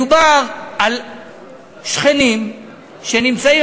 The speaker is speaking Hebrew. מדובר על שכנים שנמצאים,